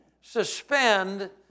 suspend